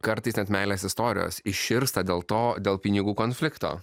kartais net meilės istorijos iširsta dėl to dėl pinigų konflikto